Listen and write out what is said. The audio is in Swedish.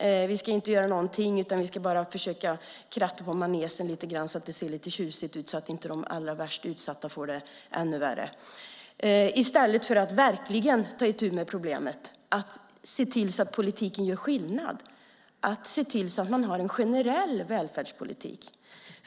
Man ska inte göra något, utan bara kratta i manegen så att det ser lite tjusigt ut och så att inte de allra värst utsatta får det ännu värre. Man borde i stället verkligen ta itu med problemet och se till att politiken gör skillnad och se till att man har en generell välfärdspolitik.